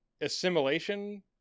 Assimilation